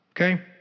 okay